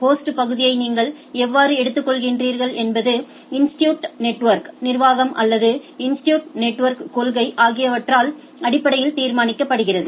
host பகுதியை நீங்கள் எவ்வாறு எடுத்துக்கொள்கிறீர்கள் என்பது இன்ஸ்டிடியூட் நெட்வொர்க் நிர்வாகம் அல்லது இன்ஸ்டிடியூட் நெட்வொர்க் கொள்கை ஆகியவற்றால் அடிப்படையில் தீர்மானிக்கப்படுகிறது